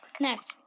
Next